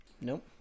Nope